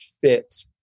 fit